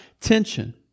tension